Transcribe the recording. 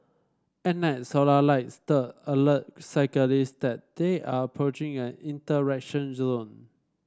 at night solar light stud alert cyclist that they are approaching an interaction zone